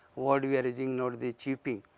what we are using not the chipping,